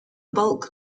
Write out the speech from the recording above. bulk